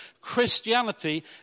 Christianity